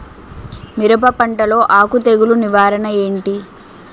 మిరప పంటలో ఆకు తెగులు నివారణ ఏంటి?